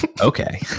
okay